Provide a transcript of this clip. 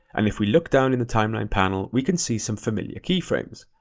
and if we look down in the timeline panel, we can see some familiar keyframes.